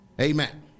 Amen